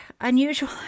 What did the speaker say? unusual